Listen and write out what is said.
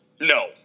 No